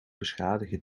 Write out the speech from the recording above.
beschadigen